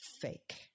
fake